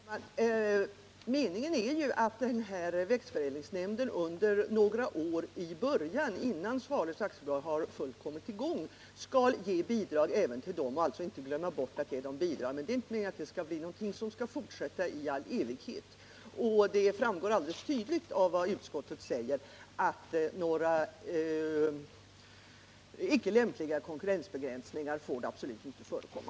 Herr talman! Meningen är ju att växtförädlingsnämnden under några år i början, innan Svalöf AB har fullt kommit i gång, skall ge bidrag även till det företaget. Nämnden skall alltså inte glömma bort detta. Men det är inte meningen att det skall bli någonting som skall fortsätta i all evighet. Det framgår alldeles tydligt av vad utskottet säger att några icke lämpliga konkurrensbegränsningar får absolut inte förekomma.